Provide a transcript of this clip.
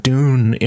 Dune